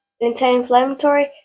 anti-inflammatory